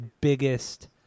biggest